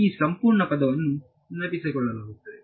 ಈ ಸಂಪೂರ್ಣ ಪದವನ್ನು ನೆನಪಿಸಿಕೊಳ್ಳಲಾಗುತ್ತದೆ